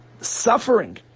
suffering